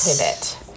pivot